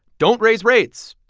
don't raise rates,